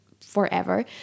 forever